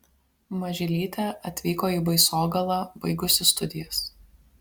mažylytė atvyko į baisogalą baigusi studijas